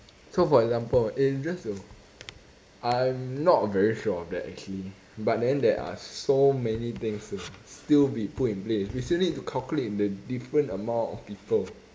so for example it's just a I'm not very sure of that actually but then there are so many things to still be put in place you still need to calculate the different amount of people